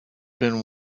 been